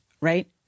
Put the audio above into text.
right